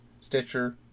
Stitcher